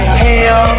hell